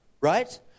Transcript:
right